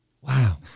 Wow